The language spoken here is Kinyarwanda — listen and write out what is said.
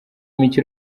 mike